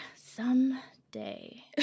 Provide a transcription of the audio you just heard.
someday